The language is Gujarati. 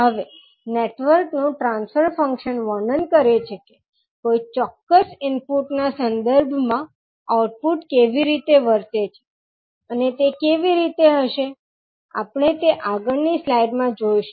હવે નેટવર્કનું ટ્રાન્સફર ફંક્શન વર્ણન કરે છે કે કોઈ ચોક્કસ ઇનપુટ ના સંદર્ભમાં આઉટપુટ કેવી રીતે વર્તે છે અને તે કેવી હશે આપણે તે આગળની સ્લાઈડમાં જોઈશું